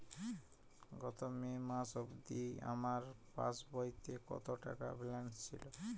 গত মে মাস অবধি আমার পাসবইতে কত টাকা ব্যালেন্স ছিল?